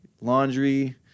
laundry